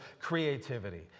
creativity